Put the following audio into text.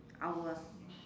our